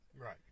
Right